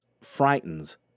frightens